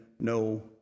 no